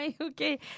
Okay